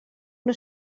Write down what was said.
una